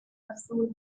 azul